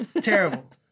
Terrible